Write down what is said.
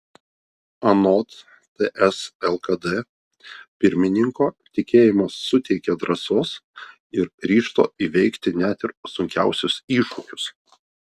anot ts lkd pirmininko tikėjimas suteikia drąsos ir ryžto įveikti net ir sunkiausius iššūkius